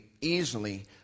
easily